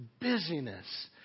busyness